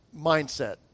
mindset